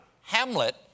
Hamlet